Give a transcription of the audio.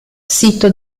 sito